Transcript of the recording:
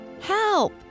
Help